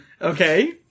Okay